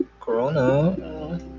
Corona